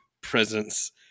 presence